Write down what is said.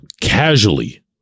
casually